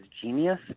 genius